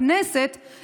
בכנסת,